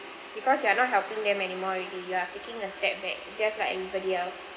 because you are not helping them anymore already you are taking a step back just like everybody else